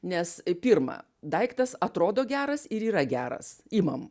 nes pirma daiktas atrodo geras ir yra geras imam